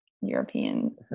european